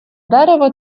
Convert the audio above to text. дерево